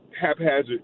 haphazard